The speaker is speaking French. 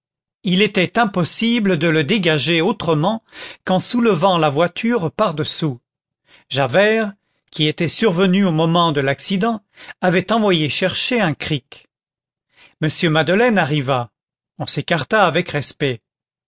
il était impossible de le dégager autrement qu'en soulevant la voiture par-dessous javert qui était survenu au moment de l'accident avait envoyé chercher un cric m madeleine arriva on s'écarta avec respect